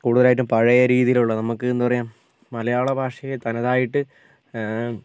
കൂടുതലായിട്ടും പഴയ രീതിയിലുള്ള നമുക്ക് എന്താ പറയാ മലയാള ഭാഷയെ തനതായിട്ട്